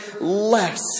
less